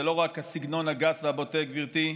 זה לא רק הסגנון הגס והבוטה, גברתי,